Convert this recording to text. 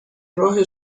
راه